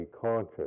conscious